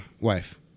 wife